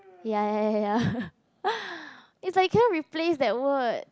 ya ya ya ya ya it's like cannot replace that word